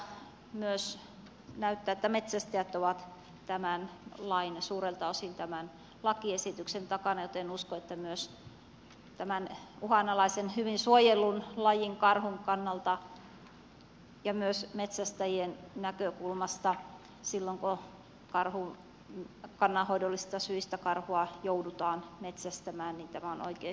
valiokuntakuulemisessa myös näytti siltä että metsästäjät ovat suurelta osin tämän lakiesityksen takana joten uskon että myös tämän uhanalaisen hyvin suojellun lajin karhun kannalta ja myös metsästäjien näkökulmasta silloin kun kannanhoidollisista syistä karhua joudutaan metsästämään tämä on oikein hyvä lakiesitys